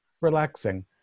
relaxing